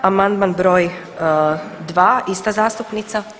Amandman br. 2. ista zastupnica.